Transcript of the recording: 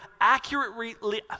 accurately